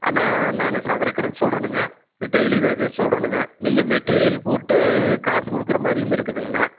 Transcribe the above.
அண்ணா நான் சதுர கணக்கு சொல்லுறனுங்க டெய்லி வேஜஸ் சொல்லுறனுங்க நீங்கள் மெட்டீரியல் போட்டு காசு கொடுக்குறமாரியும் இருக்குதுங்க அண்ணா